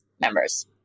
members